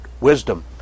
wisdom